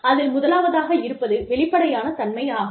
அதில் முதலாவதாக இருப்பது வெளிப்படையான தன்மை ஆகும்